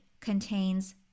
contains